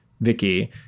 Vicky